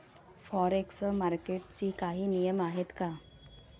Forex मार्केटचे काही नियम आहेत का?